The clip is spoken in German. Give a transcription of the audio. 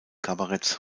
kabaretts